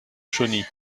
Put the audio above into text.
chauny